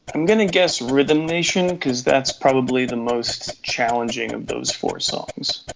i'm gonna guess rhythm nation because that's probably the most challenging of those four songs.